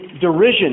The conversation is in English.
derision